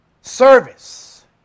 service